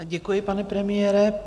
Děkuji, pane premiére.